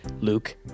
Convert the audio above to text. Luke